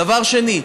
דבר שני,